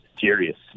serious